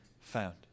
found